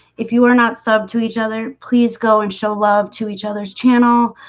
if you are not sub to each other, please go and show love to each other's channel